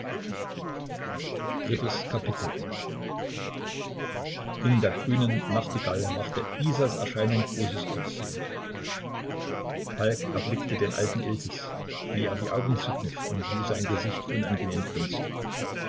iii in der grünen nachtigall machte isas erscheinen großes aufsehen falk erblickte den alten iltis wie er die augen zukniff und wie sein gesicht unangenehm grinste